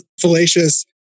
fallacious